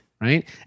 right